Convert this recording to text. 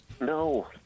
No